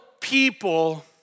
people